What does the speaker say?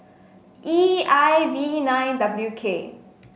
E I V nine W K